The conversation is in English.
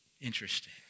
Interesting